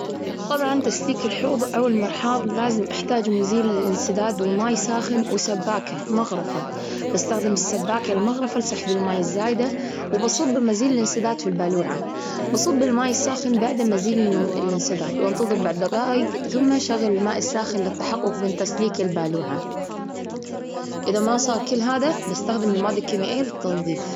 طبعا، تسليك الحوض أو المرحاض لازم أحتاج مزيل للإنسداد، ومي ساخن، وسباكة مغرفة. باستخدام السباكة المغرفة لسحب المي الزايدة، وبصب مزيل الانسداد في البالوعة. بصب المي الساخن بعد ما أزيل الانسداد، وأنتظر بعد دقايق، ثم شغل الماء الساخن للتحقق من تسليك البالوعة. إذا ما صار كل هذا، بستخدم المادة الكيميائية للتنظيف.